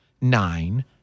nine